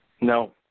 No